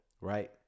right